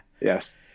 yes